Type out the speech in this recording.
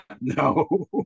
No